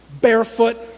Barefoot